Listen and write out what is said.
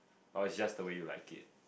or it's just the way you like it